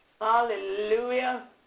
Hallelujah